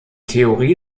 theorie